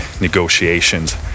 negotiations